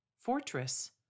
fortress